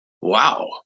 wow